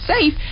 safe